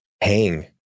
hang